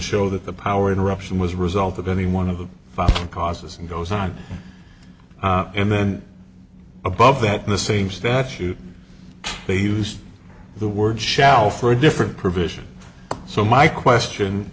show that the power interruption was a result of any one of the five causes and goes on and then above that in the same statute they used the word shall for a different provision so my question